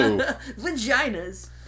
Vaginas